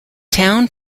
town